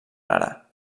rara